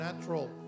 natural